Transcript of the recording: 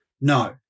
No